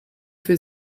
für